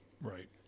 Right